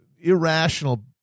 irrational